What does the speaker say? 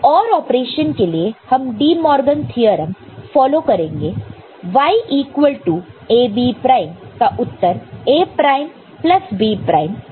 OR operation के लिए हम De Morgan De Morgan's theorem follow करेंगे Y equal to A B prime का उत्तर A prime plus B prime है